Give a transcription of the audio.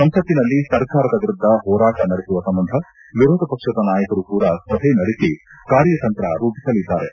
ಸಂಸತ್ತಿನಲ್ಲಿ ಸರ್ಕಾರದ ವಿರುದ್ದ ಹೋರಾಟ ನಡೆಸುವ ಸಂಬಂಧ ವಿರೋಧ ಪಕ್ಷದ ನಾಯಕರು ಕೂಡ ಸಭೆ ನಡೆಸಿ ಕಾರ್ಯತಂತ್ರ ರೂಪಿಸಲಿದ್ದಾರೆ